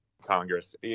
Congress